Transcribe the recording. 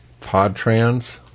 Podtrans